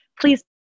Please